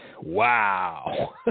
Wow